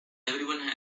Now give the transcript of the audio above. everyone